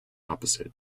opposite